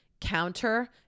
counter